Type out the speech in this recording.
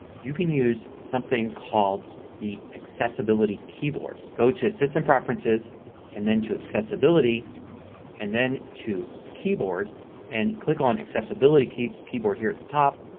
you can use something called the accessibility keyboard. go to system preferences and then to accessibility and then to keyboard and click on accessibility keyboard here at the top.